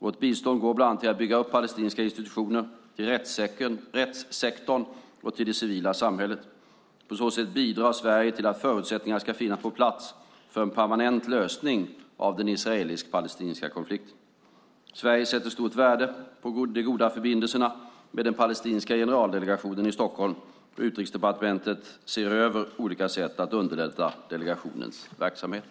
Vårt bistånd går bland annat till att bygga upp palestinska institutioner, till rättssektorn och till det civila samhället. På så sätt bidrar Sverige till att förutsättningarna ska finnas på plats för en permanent lösning av den israelisk-palestinska konflikten. Sverige sätter stort värde på de goda förbindelserna med den palestinska generaldelegationen i Stockholm, och Utrikesdepartementet ser över olika sätt att underlätta delegationens verksamhet.